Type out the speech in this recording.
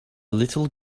little